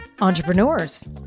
Entrepreneurs